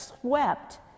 swept